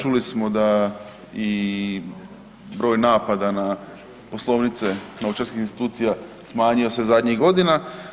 Čuli smo da i broj napada na poslovnice novčarskih institucija smanjio se zadnjih godina.